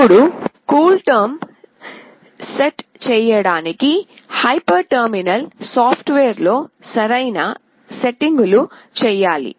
ఇప్పుడు CoolTerm set చేయడానికి hyper terminal సాఫ్ట్వేర్లో సరైన సెట్టింగులు చేయాలి